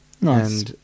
Nice